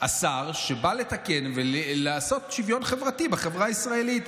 השר שבא לתקן ולעשות שוויון חברתי בחברה הישראלית.